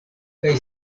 kaj